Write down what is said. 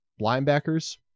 linebackers